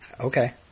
Okay